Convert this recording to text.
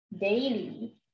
daily